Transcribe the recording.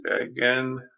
again